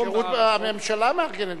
שירות שהממשלה מארגנת,